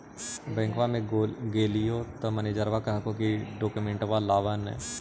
बैंकवा मे गेलिओ तौ मैनेजरवा कहलको कि डोकमेनटवा लाव ने?